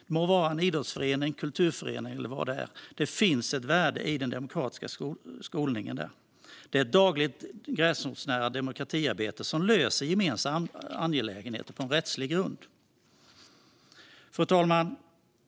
Det må vara en idrottsförening eller kulturförening - det finns ett värde i den demokratiska skolningen som man får där. Det är ett dagligt och gräsrotsnära demokratiarbete som löser gemensamma angelägenheter på en rättslig grund. Fru talman!